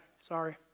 Sorry